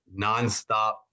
nonstop